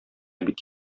бик